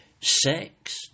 sex